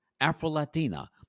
Afro-Latina